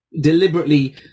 deliberately